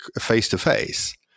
face-to-face